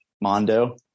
Mondo